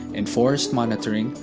in forest monitoring,